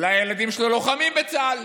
אולי הילדים שלו לוחמים בצה"ל,